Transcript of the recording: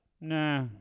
Nah